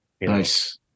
Nice